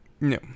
No